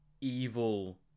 evil